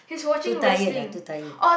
too tired lah too tired